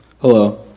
Hello